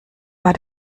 war